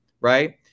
right